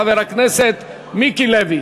חבר הכנסת מיקי לוי.